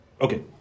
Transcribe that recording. Okay